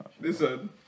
Listen